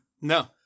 No